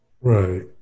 Right